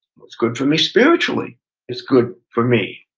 what's good for me spiritually is good for me.